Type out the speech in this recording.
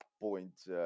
point